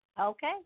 Okay